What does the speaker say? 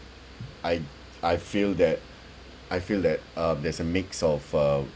I I feel that I feel that uh there's a mix of uh